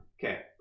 Okay